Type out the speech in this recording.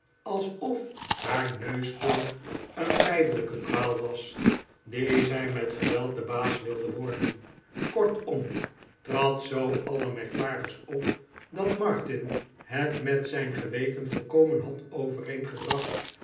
alsof haar neusklank een tijdelijke kwaal was die zij met geweld de baas wilde worden kortom trad zoo allermerkwaardigst op dat martin het met zijn geweten volkomen had